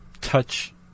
touch